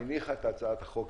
שהניחה את הצעת החוק,